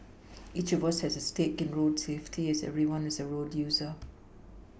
each of us has a stake in road safety as everyone is a road user